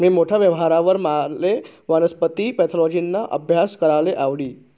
मी मोठा व्हवावर माले वनस्पती पॅथॉलॉजिना आभ्यास कराले आवडी